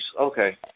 Okay